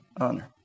honor